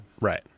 Right